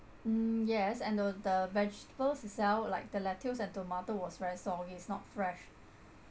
hmm yes and the the vegetables itself like the lettuce and tomato was very soggy it's not fresh